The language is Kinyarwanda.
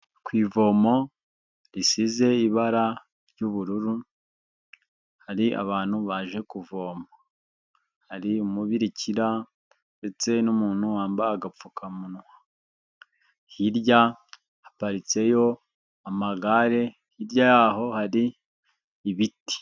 Ku ivomo risize ibara ry'ubururu hari abantu baje kuvoma, hari umubikira ndetse n'umuntu wambaye agapfukamunwa, hirya haparitseyo amagare hirya yaho hari ibiti.